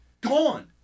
Gone